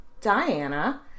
Diana